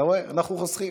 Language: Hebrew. אתה רואה, אנחנו חוסכים.